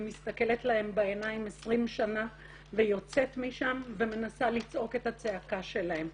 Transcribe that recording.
מסתכלת להם בעיניים 20 שנה ויוצאת משם ומנסה לצעוק את הצעקה שלהם.